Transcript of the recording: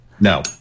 No